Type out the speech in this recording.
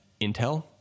intel